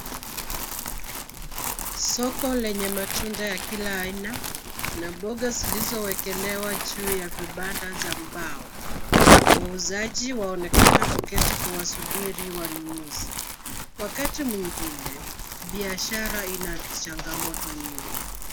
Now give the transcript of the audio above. Soko lenye matunda ya kila aina na mboga zilizowekelewa juu ya vibanda za mbao. Wauzaji waonekana kuketi kuwasubiri wanunuzi. Wakati mwingine, biashara ina changamoto nyingi.